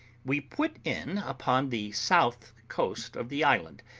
we put in upon the south coast of the island,